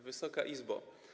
Wysoka Izbo!